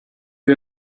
you